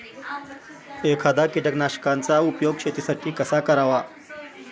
एखाद्या कीटकनाशकांचा उपयोग शेतीसाठी कसा करावा?